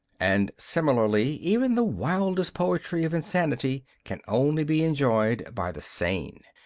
and similarly even the wildest poetry of insanity can only be enjoyed by the sane.